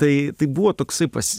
tai tai buvo toksai pas